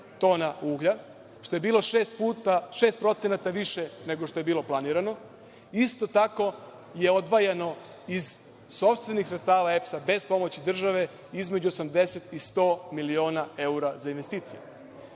tona uglja, što je bilo 6% više nego što je bilo planirano. Isto tako je odvajano iz sopstvenih sredstava EPS-a, bez pomoći države, između 80 i 100 miliona evra za investicije.